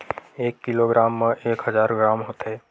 एक किलोग्राम मा एक हजार ग्राम होथे